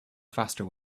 faster